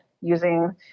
using